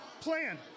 Plan